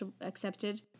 accepted